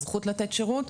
הזכות לתת שירות,